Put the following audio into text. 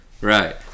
Right